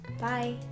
Bye